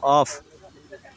off